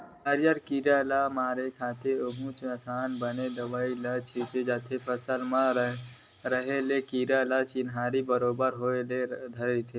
हरियर कीरा ल मारे खातिर उचहाँ असन बने दवई ल छींचे जाथे फसल म रहें ले ए कीरा के चिन्हारी बरोबर होय ल नइ धरय